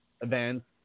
events